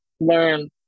learn